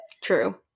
true